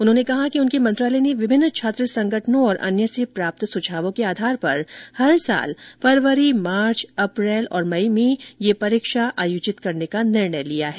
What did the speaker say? उन्होंने कहा कि उनके मंत्रालय ने विभिन्न छात्र संगठनों और अन्य से प्राप्त सुझावों के आधार पर हर साल फरवरी मार्च अप्रैल और मई में ये परीक्षा आयोजित करने का निर्णय लिया गया है